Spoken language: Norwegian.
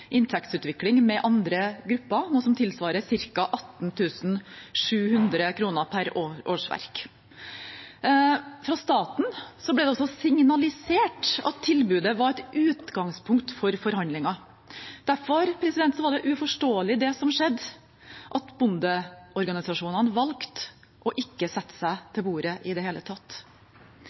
inntektsutvikling som andre grupper, tilsvarende ca. 18 700 kr per årsverk. Fra staten ble det signalisert at tilbudet var et utgangspunkt for forhandlinger. Derfor var det uforståelig det som skjedde, at bondeorganisasjonene valgte ikke å sette seg til bordet i det hele tatt.